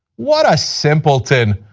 what a simpleton.